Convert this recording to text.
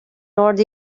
north